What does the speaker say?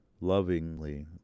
lovingly